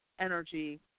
energy